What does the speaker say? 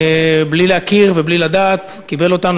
בלי להכיר ובלי לדעת הוא קיבל אותנו,